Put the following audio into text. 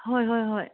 ꯍꯣꯏ ꯍꯣꯏ ꯍꯣꯏ